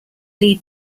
lead